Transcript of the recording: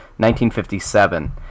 1957